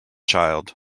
child